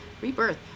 Rebirth